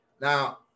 Now